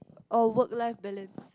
oh work life balance